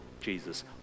Jesus